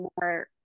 more